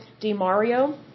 DiMario